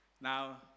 Now